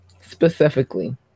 specifically